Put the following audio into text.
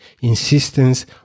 insistence